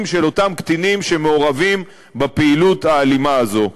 של אותם קטינים שמעורבים בפעילות האלימה הזאת.